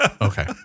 Okay